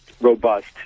Robust